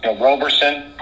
Roberson